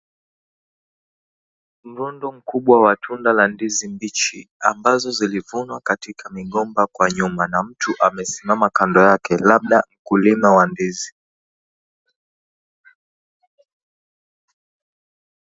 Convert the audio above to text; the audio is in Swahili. Mrondo mkubwa wa tunda la ndizi mbichi, ambazo zilivunwa katika migomba kwa nyuma na mtu amesimama kando yake, labda mkulima wa ndizi.